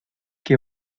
que